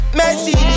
messy